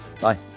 Bye